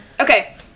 Okay